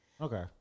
Okay